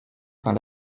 sans